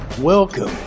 Welcome